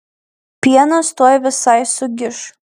pienas tuoj visai sugiš